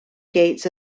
gates